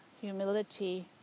humility